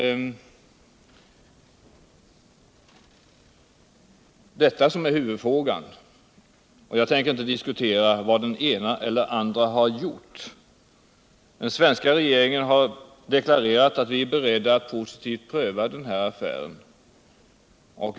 Detta är huvudfrågan. Jag tänker inte nu diskutera vad den ene eller andre har gjort. Den svenska regeringen har deklarerat att vi är beredda att positivt pröva frågan.